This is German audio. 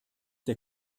der